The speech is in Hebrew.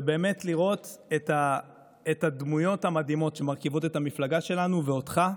ובאמת לראות את הדמויות המדהימות שמרכיבות את המפלגה שלנו ואותך.